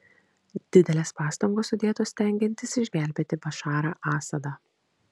didelės pastangos sudėtos stengiantis išgelbėti bašarą asadą